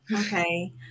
Okay